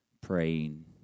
praying